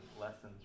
lessons